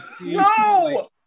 No